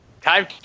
Time